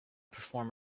perform